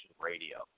Radio